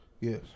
Yes